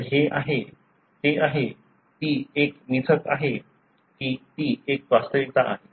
तर हे आहे ते आहे ती एक मिथक आहे की ती एक वास्तविकता आहे